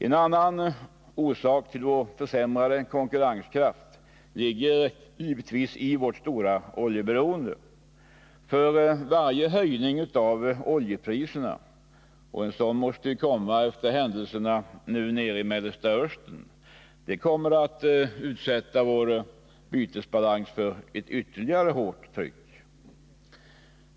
En annan orsak till vår försämrade konkurrenskraft ligger givetvis i vårt stora oljeberoende. Varje höjning av oljepriserna — och en sådan måste komma efter de nu aktuella händelserna i Mellersta Östern — kommer att utsätta vår bytesbalans för ytterligare hårt tryck.